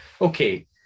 okay